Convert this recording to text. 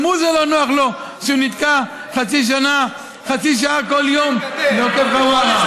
גם לו זה לא נוח שהוא נתקע חצי שעה בכל יום בעוקף חווארה.